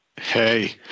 Hey